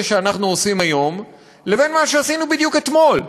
שאנחנו עושים היום לבין מה שעשינו בדיוק אתמול,